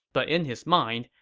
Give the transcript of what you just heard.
but in his mind,